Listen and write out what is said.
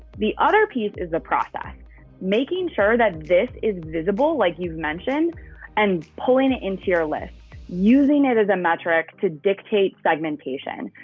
the other piece is the process making sure that this is visible like you've mentioned and pulling it into your list using it as a metric to dictate segmentation,